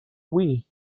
wii